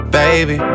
baby